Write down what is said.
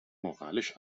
moralisch